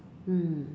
mm